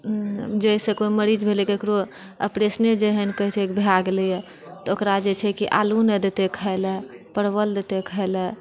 जैसे कोइ मरीज भेलय ककरो अप्रेसने जे एहन कहय छै भै गेलय हँ तऽ ओकरा जे छै कि आलू नहि दतय खाइलऽ परवल देतय खाइलऽ